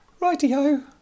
Righty-ho